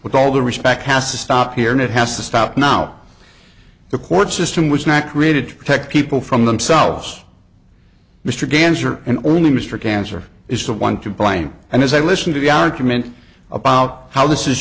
with all the respect has to stop here and it has to stop now the court system was not created to protect people from themselves mr ganser and only mr cancer is the one to blame and as i listen to the argument about how this is